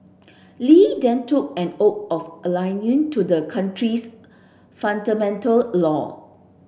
Li then took an oath of allegiance to the country's fundamental law